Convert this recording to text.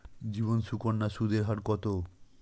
জীবন সুকন্যা সুদের হার কত?